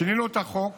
שינינו את החוק